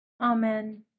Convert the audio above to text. Amen